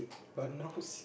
but no seat